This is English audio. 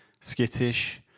skittish